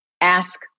ask